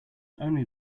only